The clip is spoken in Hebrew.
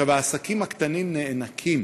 העסקים הקטנים נאנקים